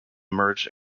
merged